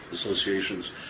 associations